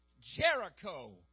Jericho